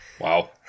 Wow